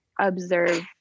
observe